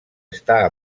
està